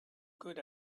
good